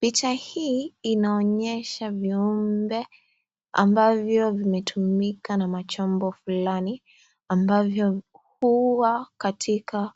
Picha hii inaonyesha viumbe ambavyo vimetumika na machomba fulani ambavyo huwa katika